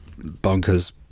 bonkers